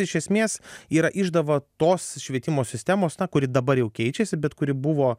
iš esmės yra išdava tos švietimo sistemos kuri dabar jau keičiasi bet kuri buvo